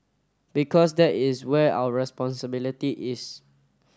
because that is where our responsibility is